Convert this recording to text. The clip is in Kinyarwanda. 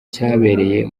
cyabereye